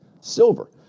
Silver